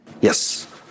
Yes